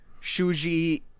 Shuji